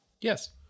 Yes